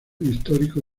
histórico